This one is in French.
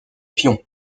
pion